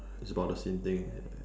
it's about the same thing